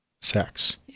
sex